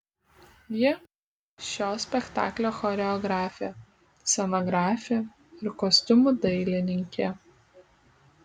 ji šio spektaklio choreografė scenografė ir kostiumų dailininkė